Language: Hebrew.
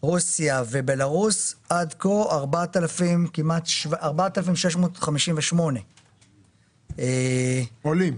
רוסיה ובלארוס עד כה 4,658. עולים?